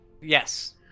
Yes